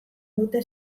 dute